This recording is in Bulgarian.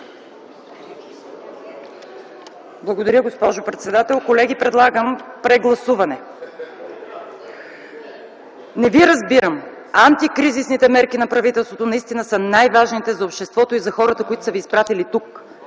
Благодаря, госпожо председател. Колеги, предлагам прегласуване. (Шум в ГЕРБ.) Не ви разбирам! Антикризисните мерки на правителството наистина са най-важните за обществото и за хората, които са ви изпратили тук